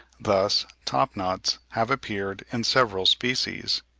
thus top-knots have appeared in several species.